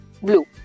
blue